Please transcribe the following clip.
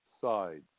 sides